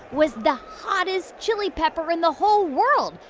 was the hottest chili pepper in the whole world,